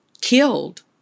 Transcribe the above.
killed